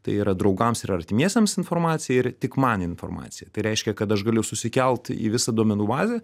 tai yra draugams ir artimiesiems informacija ir tik man informacija tai reiškia kad aš galiu susikelt į visą duomenų bazę